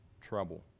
trouble